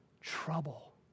trouble